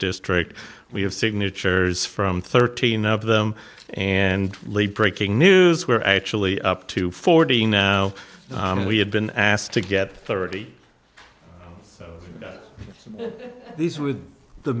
district we have signatures from thirteen of them and late breaking news we're actually up to forty now and we have been asked to get thirty these with the